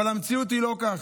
אבל המציאות היא לא כזו.